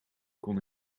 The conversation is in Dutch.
kon